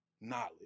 knowledge